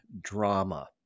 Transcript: drama